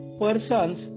persons